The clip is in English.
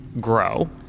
grow